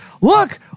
look